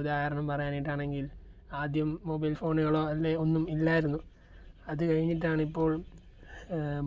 ഉദാഹരണം പറയാനായിട്ടാണെങ്കിൽ ആദ്യം മൊബൈൽ ഫോണുകളൊ അല്ലേ ഒന്നും ഇല്ലായിരുന്നു അത് കഴിഞ്ഞിട്ടാണ് ഇപ്പോൾ